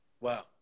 Wow